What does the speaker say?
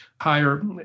higher